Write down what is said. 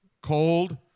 cold